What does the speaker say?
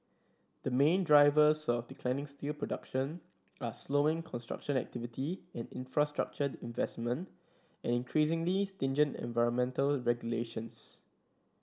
the main drivers of declining steel production are slowing construction activity and infrastructure investment and increasingly stringent environmental regulations